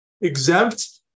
exempt